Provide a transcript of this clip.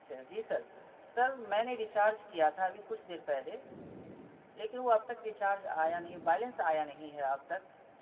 اچھا جی sir sir میں نے ریچارج کیا تھا ابھی کچھ دیر پہلے لیکن وہ اب تک ریچارج آیا نہیں بیلنس آیا نہیں ہے اب تک